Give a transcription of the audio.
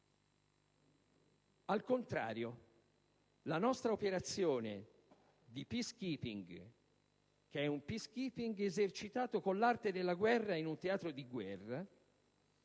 Al contrario, la nostra operazione di *peace-keeping (peace-keeping* che viene esercitato con l'arte della guerra, in un teatro di guerra)